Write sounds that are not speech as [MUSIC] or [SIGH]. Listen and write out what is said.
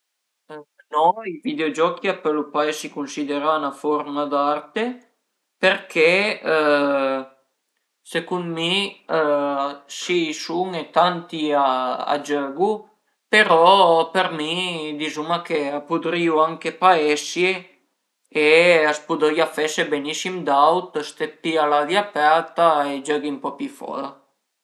No i videogiochi a pölu pa esi cunsiderà 'na furma d'arte perché [HESITATION] secund mi [HESITATION] si i sun e tanti a giögu però per mi dizuma che a pudrìu anche pa esie e a s'pudrìa fese benissim anche fe d'aut, ste pi a l'aria aperta e giöghi ën po pi fora